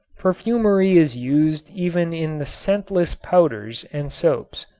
perfumery is used even in the scentless powders and soaps.